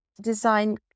design